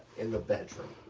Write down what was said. in the bedroom,